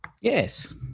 Yes